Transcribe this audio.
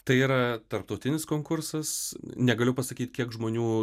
tai yra tarptautinis konkursas negaliu pasakyt kiek žmonių